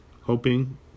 hoping